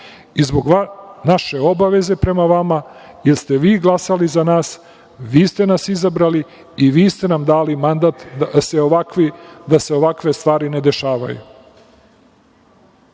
i zbog naše obaveze prema vama, jer ste vi glasali za nas, vi ste nas izabrali i vi ste nam dali mandat da se ovakve stvari ne dešavaju. Prema